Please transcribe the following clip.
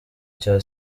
cya